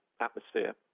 atmosphere